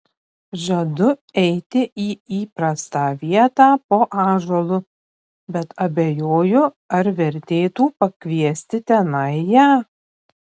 žadu eiti į įprastą vietą po ąžuolu bet abejoju ar vertėtų pakviesti tenai ją